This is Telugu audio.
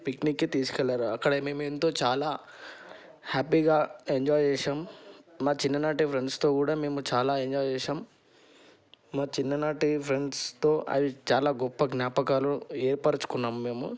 పిక్నిక్కి తీసుకెళ్ళారు అక్కడ మేము ఎంతో చాలా హ్యాపీగా ఎంజాయ్ చేసాము మా చిన్ననాటి ఫ్రెండ్స్తో కూడా మేము చాలా ఎంజాయ్ చేసాము మా చిన్ననాటి ఫ్రెండ్స్తో అది చాలా గొప్ప జ్ఞాపకాలు ఏర్పరచుకున్నాము మేము